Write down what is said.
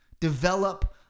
Develop